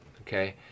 Okay